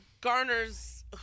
Garner's